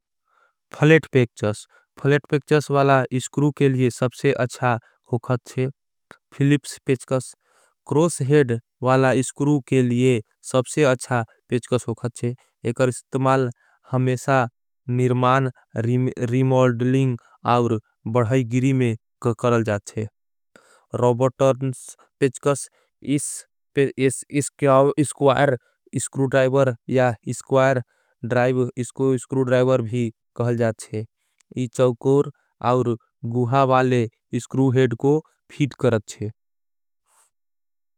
फलेट पेचकस फलेट पेचकस वाला इसकुरू के लिए। सबसे अच्छा होखत है फिलिप्स पेचकस क्रोस हेड। वाला इसकुरू के लिए सबसे अच्छा पेचकस होखत है। एकर इसत्माल हमेशा निर्मान रीमॉडलिंग और। बढ़ाईगिरी में करल जा है ळैकोर ऑर गुहाने स्कुरू। हे पेचकस के लिए सबसे आशुषत है।